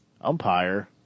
umpire